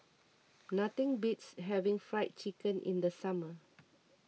nothing beats having Fried Chicken in the summer